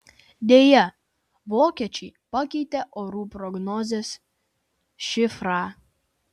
deja vokiečiai pakeitė orų prognozės šifrą